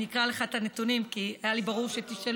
אני אקרא לך את הנתונים, כי היה לי ברור שתשאלו.